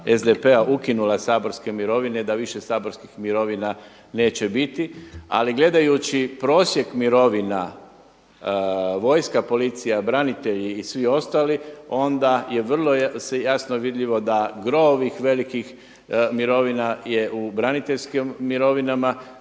SDP-a ukinula saborske mirovine, da više saborskih mirovina neće biti ali gledajući prosjek mirovina, vojska policija, branitelji i svi ostali onda je vrlo jasno vidljivo da gro ovih velikih mirovina je u braniteljskim mirovinama